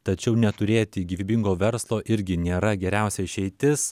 tačiau neturėti gyvybingo verslo irgi nėra geriausia išeitis